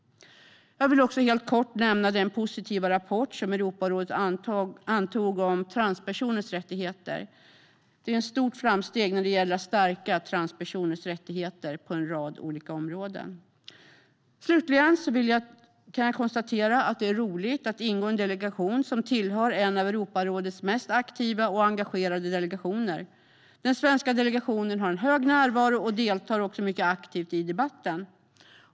Jag vill även helt kort nämna den positiva rapport som Europarådet antog om transpersoners rättigheter. Det är ett stort framsteg när det gäller att stärka transpersoners rättigheter på en rad olika områden. Slutligen kan jag konstatera att det är roligt att ingå i en delegation som är en av Europarådets mest aktiva och engagerade. Den svenska delegationen har en hög närvaro och deltar också mycket aktivt i debatten.